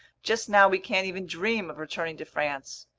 just now we can't even dream of returning to france.